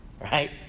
Right